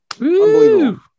Unbelievable